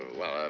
well,